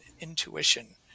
intuition